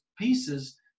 pieces